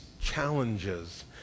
challenges